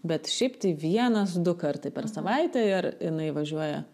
bet šiaip tai vienas du kartai per savaitę ir jinai važiuoja